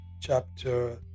chapter